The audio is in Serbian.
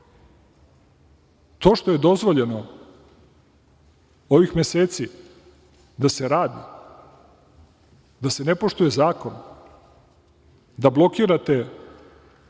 To što je dozvoljeno ovih meseci da se radi, da se ne poštuje zakon, da blokirate